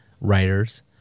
writers